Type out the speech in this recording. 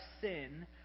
sin